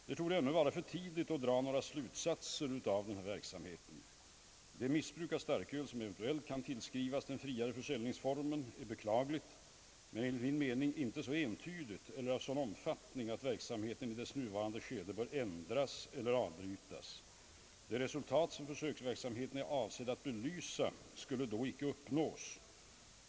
Det torde ännu vara för tidigt att dra några slutsatser av den här verksamheten. Det missbruk av starköl som eventuellt kan tillskrivas den friare försäljningsformen är beklagligt men enligt min mening inte så entydigt eller av sådan omfattning att verksamheten i dess nuvarande skede bör ändras eller avbrytas. Det resultat som försöksverksamheten är avsedd att belysa skulle då icke uppnås.